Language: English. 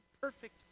perfect